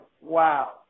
wow